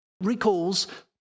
recalls